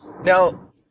Now